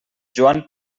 joan